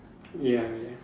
ya ya